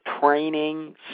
training